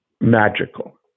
magical